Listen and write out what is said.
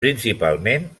principalment